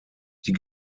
die